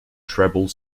treble